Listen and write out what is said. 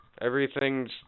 Everything's